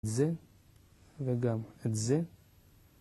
את זה, וגם את זה.